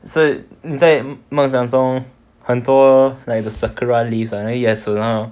so 你在梦想中很多 like the sakura leaves ah 叶子那种